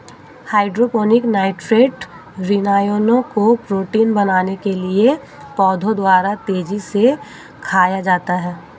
hydroponic nitrate ऋणायनों को protein बनाने के लिए पौधों द्वारा तेजी से खाया जाता है